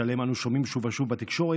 שעליהם אנו שומעים שוב ושוב בתקשורת,